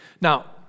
Now